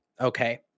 okay